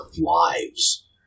lives